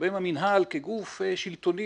שבהם המינהל כגוף שלטוני,